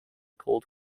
called